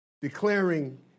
declaring